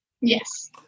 yes